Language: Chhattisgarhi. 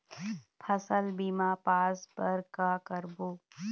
फसल बीमा पास बर का करबो?